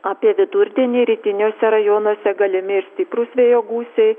apie vidurdienį rytiniuose rajonuose galimi ir stiprūs vėjo gūsiai